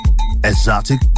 exotic